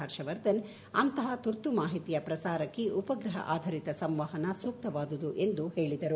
ಹರ್ಷವರ್ಧನ್ ಅಂತಹ ತುರ್ತು ಮಾಹಿತಿಯ ಪ್ರಸಾರಕ್ಕೆ ಉಪಗ್ರಹ ಆಧರಿತ ಸಂವಹನ ಸೂಕ್ತವಾದುದು ಎಂದು ಹೇಳಿದರು